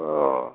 अ